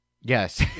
Yes